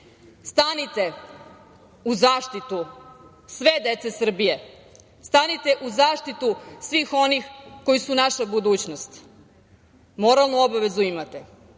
Stanite u zaštitu sve dece Srbije. Stanite u zaštitu svih onih koji su naša budućnost, moralnu obavezu imate.